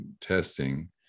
testing